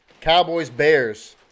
Cowboys-Bears